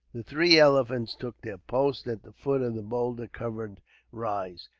the three elephants took their posts, at the foot of the boulder covered rise.